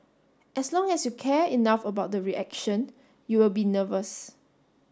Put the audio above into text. as long as you care enough about the reaction you will be nervous